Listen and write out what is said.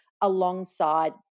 alongside